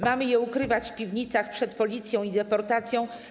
Mamy je ukrywać w piwnicach przed policją i deportacją?